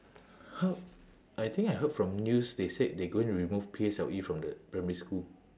heard I think I heard from news they said they going to remove P_S_L_E from the primary school